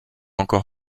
encore